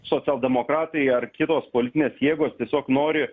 socialdemokratai ar kitos politinės jėgos tiesiog nori